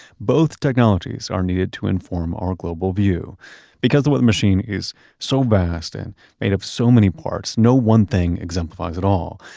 both technologies are needed to inform our global view because the weather machine is so vast and made of so many parts, no one thing exemplifies at all,